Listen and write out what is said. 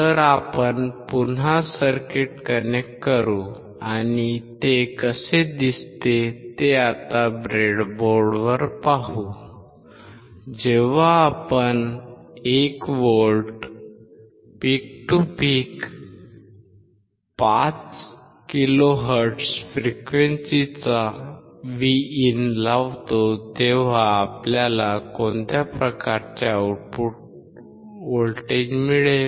तर आपण पुन्हा सर्किट कनेक्ट करू आणि ते कसे दिसते ते आता ब्रेडबोर्डवर पाहू जेव्हा आपण 1 volt peak to peak 5 kilo hertz frequency चा Vin लावतो तेव्हा आपल्याला कोणत्या प्रकारचे आउटपुट व्होल्टेज मिळेल